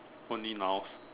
only nouns